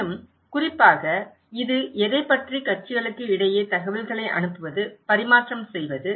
மேலும் குறிப்பாக இது எதைப் பற்றி கட்சிகளுக்கு இடையே தகவல்களை அனுப்புவது பரிமாற்றம் செய்வது